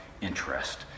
interest